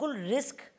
risk